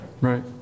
right